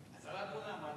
10 דונם על